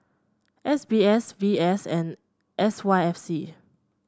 S B S V S and S Y F C